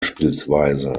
bspw